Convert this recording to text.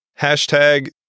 Hashtag